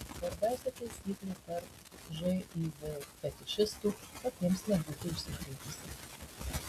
svarbiausia taisyklė tarp živ fetišistų patiems nebūti užsikrėtusiems